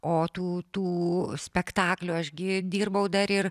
o tų tų spektaklių aš gi dirbau dar ir